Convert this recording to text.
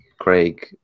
Craig